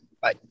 Bye